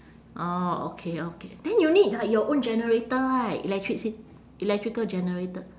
orh okay okay then you need like your own generator right electrici~ electrical generator